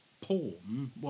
porn